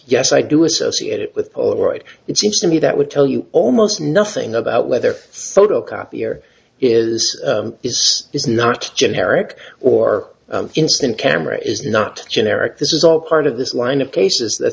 yes i do associate it with polaroid it seems to me that would tell you almost nothing about whether soto copier is is is not generic or instant camera is not generic this is all part of this line of cases that